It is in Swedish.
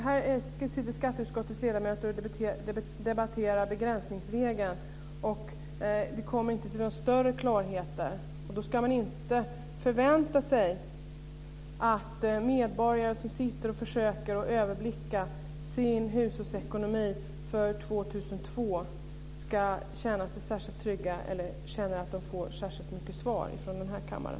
Här debatterar skatteutskottets ledamöter begränsningsregeln, och vi kommer inte till någon större klarhet. Och då ska man inte förvänta sig att medborgare som försöker överblicka sin hushållsekonomi för 2002 känner sig trygga eller att de känner att de får särskilt mycket svar från den här kammaren.